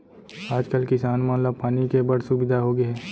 आज कल किसान मन ला पानी के बड़ सुबिधा होगे हे